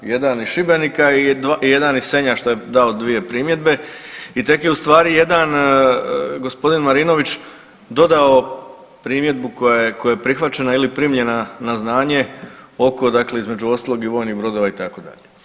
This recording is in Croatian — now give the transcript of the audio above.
Jedan iz Šibenika i jedan iz Senja što je dao dvije primjedbe i tek je ustvari jedan gospodin Marinović dodao primjedbu koja je prihvaćena ili primljena na znanje oko dakle između ostalog i vojnih brodova itd.